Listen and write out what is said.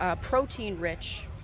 protein-rich